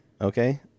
Okay